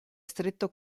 stretto